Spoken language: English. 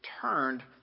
turned